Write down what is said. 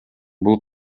бул